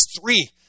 three